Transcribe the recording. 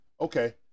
Okay